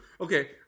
Okay